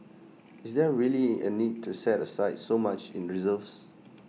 is there really A need to set aside so much in reserves